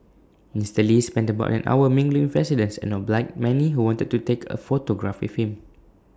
Mister lee spent about an hour mingling residents and obliged many who wanted to take A photograph with him